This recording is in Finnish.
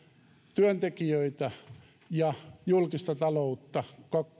työntekijöitä ja julkista taloutta